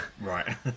right